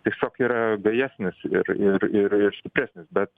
tiesiog yra gajesnis ir ir ir stipresnis bet